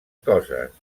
coses